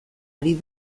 ari